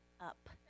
up